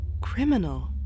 Criminal